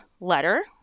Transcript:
letter